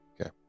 Okay